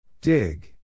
Dig